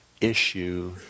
issue